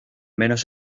menos